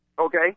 okay